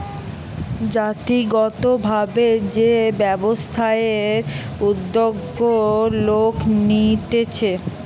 জাতিগত ভাবে যে ব্যবসায়ের উদ্যোগ লোক নিতেছে